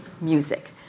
music